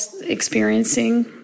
experiencing